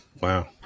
wow